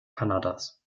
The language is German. kanadas